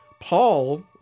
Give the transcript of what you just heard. Paul